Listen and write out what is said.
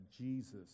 Jesus